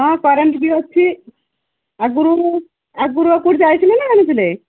ହଁ କରେଣ୍ଟ୍ ବି ଅଛି ଆଗୁରୁ ଆଗୁରୁ ଆଉ କୋଉଠି ଯାଇଥିଲି ନା ଆଣିଥିଲେ